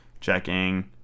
Checking